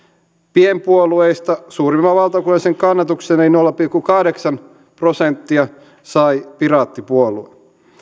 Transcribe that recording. pienpuolueista suurimman valtakunnallisen kannatuksen eli nolla pilkku kahdeksan prosenttia sai piraattipuolue